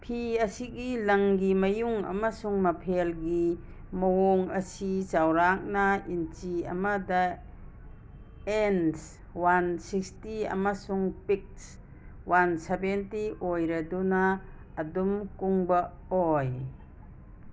ꯐꯤ ꯑꯁꯤꯒꯤ ꯂꯪꯒꯤ ꯃꯌꯨꯡ ꯑꯃꯁꯨꯡ ꯃꯐꯦꯜꯒꯤ ꯃꯑꯣꯡ ꯑꯁꯤ ꯆꯥꯎꯔꯥꯛꯅ ꯏꯟꯆꯤ ꯑꯃꯗ ꯑꯦꯟꯁ ꯋꯥꯟ ꯁꯤꯛꯁꯇꯤ ꯑꯃꯁꯨꯡ ꯄꯤꯛꯁ ꯋꯥꯟ ꯁꯕꯦꯟꯇꯤ ꯑꯣꯏꯔꯗꯨꯅ ꯑꯗꯨꯝ ꯀꯨꯡꯕ ꯑꯣꯏ